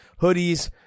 hoodies